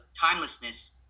timelessness